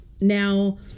Now